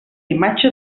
imatge